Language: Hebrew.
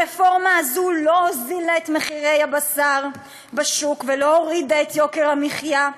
הרפורמה הזו לא הוזילה את מחירי הבשר בשוק ולא הורידה את יוקר המחיה,